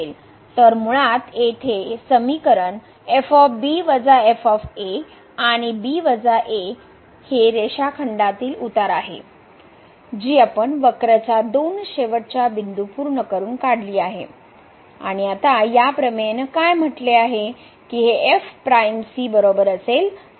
तर मुळात येथे हे समिकरण आणि b a ही रेषाखंडातील उतार आहे जी आपण वक्र च्या दोन शेवटच्या बिंदू पूर्ण करून काढली आहे आणि आता या प्रमेयने काय म्हटले आहे की हे f प्राइम c बरोबर असेल